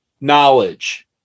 knowledge